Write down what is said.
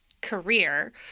career